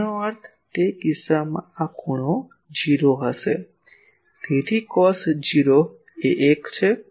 તેનો અર્થ તે કિસ્સામાં આ ખૂણો 0 હશે તેથી કોસ 0 એ 1 છે